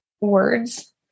words